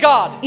God